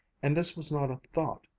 and this was not a thought,